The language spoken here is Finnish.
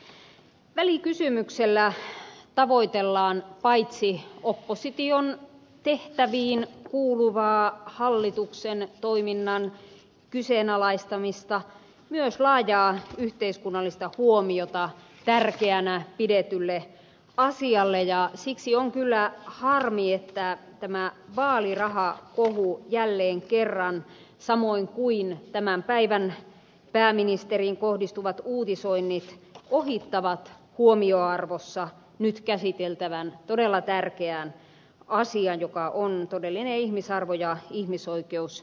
välikysymyksellä tavoitellaan paitsi opposition tehtäviin kuuluvaa hallituksen toiminnan kyseenalaistamista myös laajaa yhteiskunnallista huomiota tärkeänä pidetylle asialle ja siksi on kyllä harmi että tämä vaalirahakohu jälleen kerran samoin kuin tämän päivän pääministeriin kohdistuvat uutisoinnit ohittavat huomioarvossa nyt käsiteltävän todella tärkeän asian joka on todellinen ihmisarvo ja ihmisoikeuskysymys